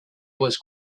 was